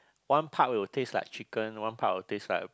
one part would taste like chicken one part would taste like a